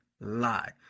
lie